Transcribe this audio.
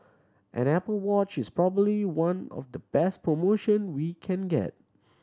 an Apple Watch is probably one of the best promotion we can get